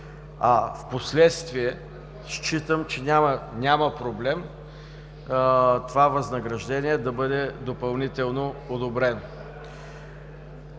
впоследствие смятам, че няма проблем това възнаграждение да бъде допълнително одобрено.